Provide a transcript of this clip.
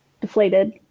deflated